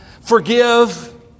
forgive